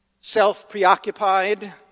self-preoccupied